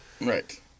Right